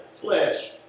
flesh